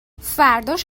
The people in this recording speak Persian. فرداش